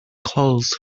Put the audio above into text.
closed